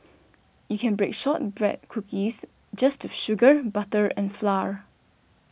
you can bake Shortbread Cookies just with sugar butter and flour